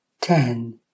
ten